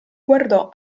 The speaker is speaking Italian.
guardò